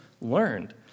learned